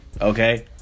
Okay